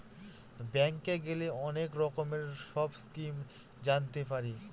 ব্যাঙ্কে গেলে অনেক রকমের সব স্কিম জানতে পারি